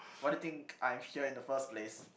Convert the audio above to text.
why do you think I'm here in the first place